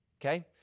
okay